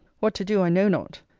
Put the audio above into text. what to do i know not.